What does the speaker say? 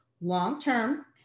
long-term